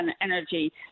energy